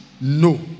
no